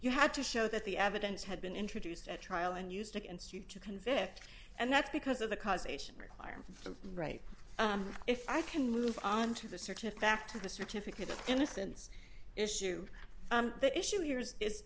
you had to show that the evidence had been introduced at trial and used against you to convict and that's because of the causation requires the right if i can move on to the search in fact to the certificate of innocence issue the issue here i